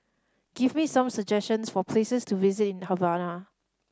give me some suggestions for places to visit in Havana